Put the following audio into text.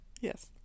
Yes